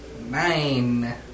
Nine